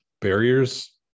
Barriers